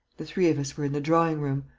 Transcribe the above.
the three of us were in the drawing-room.